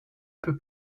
peu